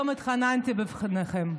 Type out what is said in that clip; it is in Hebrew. היום התחננתי בפניכם,